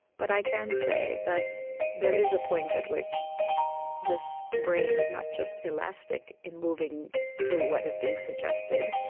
but i can say that there is a point at which this brain is not just elastic in moving to what is being suggested,